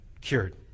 cured